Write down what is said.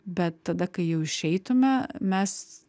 bet tada kai jau išeitume mes